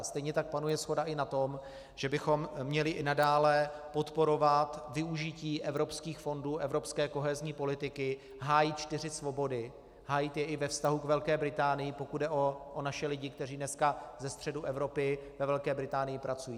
Stejně tak panuje shoda i na tom, že bychom měli i nadále podporovat využití evropských fondů, evropské kohezní politiky, hájit čtyři svobody, hájit je i ve vztahu k Velké Británii, pokud jde o naše lidi, kteří dneska ze středu Evropy ve velké Británii pracují.